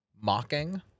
mocking